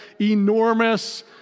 enormous